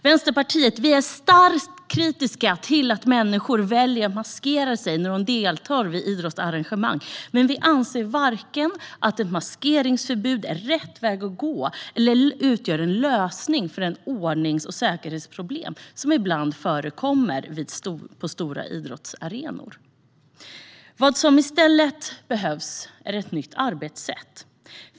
Vänsterpartiet är starkt kritiska till att människor väljer att maskera sig när de deltar vid idrottsevenemang, men vi anser varken att ett maskeringsförbud är rätt väg att gå eller utgör en lösning på de ordnings och säkerhetsproblem som ibland förekommer på stora idrottsarenor. Vad som i stället behövs är ett nytt arbetssätt.